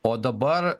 o dabar